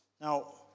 Now